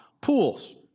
pools